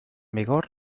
vigor